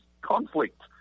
conflict